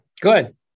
Good